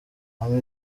amy